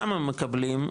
כמה מקבלים,